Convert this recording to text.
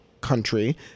Country